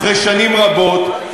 אחרי שנים רבות,